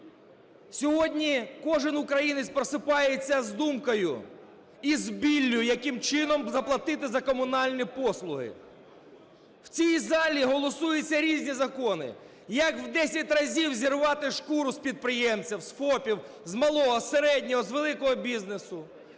Сьогодні кожен українець просипається з думкою і з біллю, яким чином заплатити за комунальні послуги. В цій залі голосуються різні закони, як в 10 разів зірвати шкуру з підприємців, з ФОПів, з малого, середнього, з великого бізнесу,